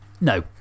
no